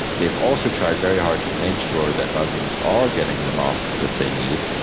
they've also tried very hard to make sure that muslims are getting the mosques that they need,